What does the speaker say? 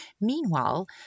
Meanwhile